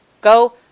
Go